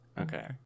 okay